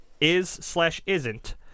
is-slash-isn't